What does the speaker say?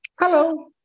Hello